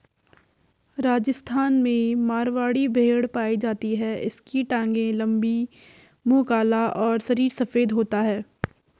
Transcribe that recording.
राजस्थान में मारवाड़ी भेड़ पाई जाती है इसकी टांगे लंबी, मुंह काला और शरीर सफेद होता है